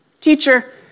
Teacher